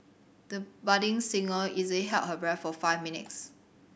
the budding singer easily held her breath for five minutes